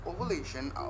ovulation